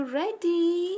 ready